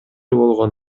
болгон